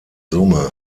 summe